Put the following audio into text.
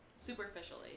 Superficially